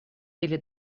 или